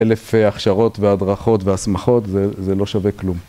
אלף הכשרות והדרכות והסמכות, זה לא שווה כלום.